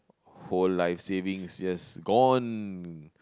whole like savings just gone